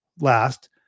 last